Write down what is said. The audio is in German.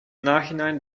nachhinein